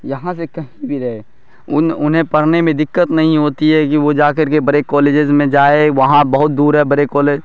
یہاں سے کہیں بھی رہے ان انہیں پرھنے میں دقت نہیں ہوتی ہے کہ وہ جا کر کے بڑےکالجز میں جائے وہاں بہت دور ہے بڑےکالج